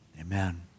Amen